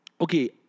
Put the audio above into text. Okay